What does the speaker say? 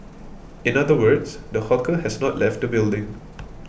in other words the hawker has not left the building